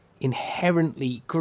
inherently